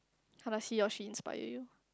how does he or she inspired you